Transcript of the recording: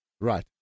Right